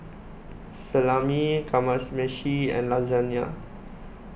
Salami and Lasagna